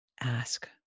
ask